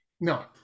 No